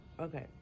Okay